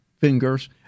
fingers